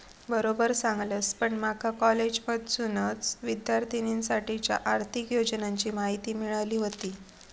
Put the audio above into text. बरोबर सांगलस, पण माका कॉलेजमधसूनच विद्यार्थिनींसाठीच्या आर्थिक योजनांची माहिती मिळाली व्हती